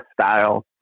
style